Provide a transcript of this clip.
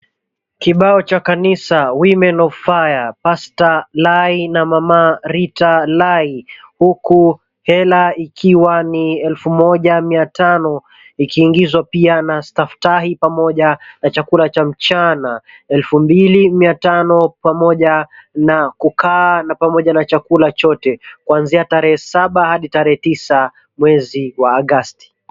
Kibao cha kanisa Women Of Fire, Pasta Lai na Mama Rita Lai. Huku hela ikiwa ni elfu moja mia tano, ikiingizwa pia na staftahi pamoja na chakula cha mchana elfu mbili mia tano pamoja na kukaa na pamoja na chakula chote. Kuanzia tarehe saba hadi tarehe tisa mwezi wa agasti .